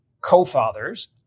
co-fathers